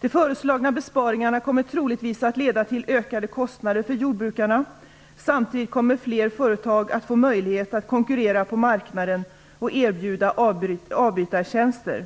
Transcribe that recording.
Den föreslagna besparingen kommer troligtvis att leda till ökade kostnader för jordbrukarna. Samtidigt kommer fler företag att få möjligheter att konkurrera på marknaden och erbjuda avbrytartjänster.